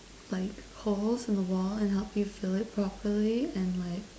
like holes in the wall and help you fill it properly and like